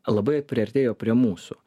labai priartėjo prie mūsų